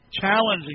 challenging